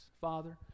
Father